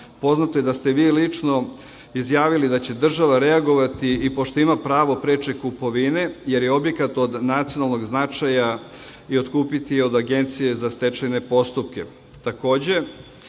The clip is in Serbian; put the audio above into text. je da ste vi lično izjavili da će država reagovati i pošto ima pravo preče kupovine, jer je objekat od nacionalnog značaja, i otkupiti od Agencije za stečajne postupke.